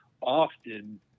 often